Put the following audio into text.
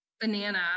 banana